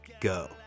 go